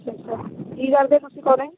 ਅੱਛਾ ਅੱਛਾ ਕੀ ਕਰਦੇ ਤੁਸੀਂ ਦੋਵੇਂ